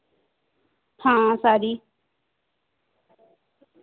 आं सारी